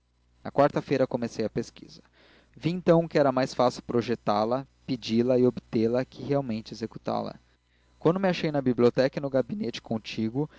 na quarta-feira comecei a pesquisa vi então que era mais fácil projetá la pedi-la e obtê-la que realmente executá la quando me achei na biblioteca e no gabinete contíguo